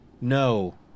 no